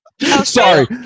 Sorry